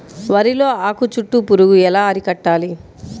వరిలో ఆకు చుట్టూ పురుగు ఎలా అరికట్టాలి?